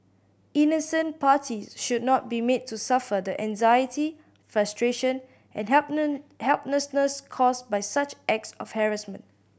innocent parties should not be made to suffer the anxiety frustration and helplessness caused by such acts of harassment